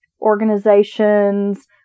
organizations